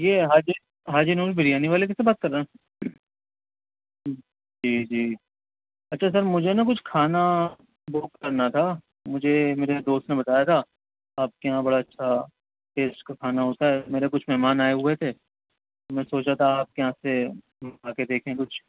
یہ حاجی حاجی نون بریانی والے کے سے بات کر رہے ہیں جی جی اچھا سر مجھے نہ کچھ کھانا بک کرنا تھا مجھے میرے دوست نے بتایا تھا آپ کے یہاں بڑا اچھا ٹیسٹ کا کھانا ہوتا ہے میرے کچھ مہمان آئے ہوئے تھے میں سوچا تھا آپ کے یہاں سے کھا کے دیکھیں کچھ